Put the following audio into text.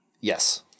Yes